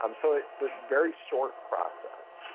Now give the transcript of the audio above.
um so it's a very short process.